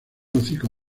hocico